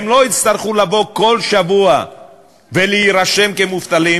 הם לא יצטרכו לבוא כל שבוע ולהירשם כמובטלים